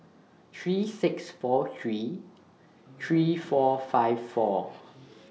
three six four three three four five four